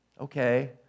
okay